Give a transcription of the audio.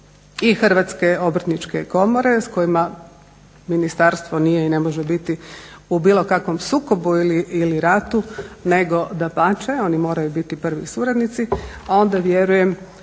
Hrvatske obrtničke komore s kojima ministarstvo nije i ne može biti u bilo kakvom sukobu ili ratu nego dapače oni moraju biti prvi suradnici, onda vjerujem